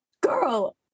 Girl